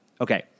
okay